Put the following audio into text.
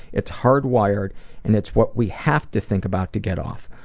it's hardwired and it's what we have to think about to get off,